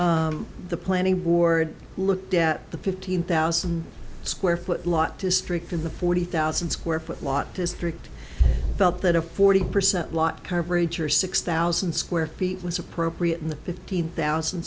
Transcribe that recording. the planning ward looked at the fifteen thousand square foot lot district in the forty thousand square foot lot district felt that a forty percent lot carburetor six thousand square feet was appropriate in the fifteen thousand